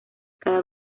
cada